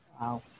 Wow